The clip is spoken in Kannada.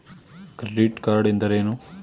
ಕ್ರೆಡಿಟ್ ಕಾರ್ಡ್ ಎಂದರೇನು?